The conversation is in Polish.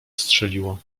strzeliło